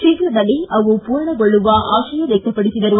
ಶೀಘ್ರದಲ್ಲೇ ಅವು ಪೂರ್ಣಗೊಳ್ಳುವ ಆಶಯ ವ್ಯಕ್ತಪಡಿಸಿದರು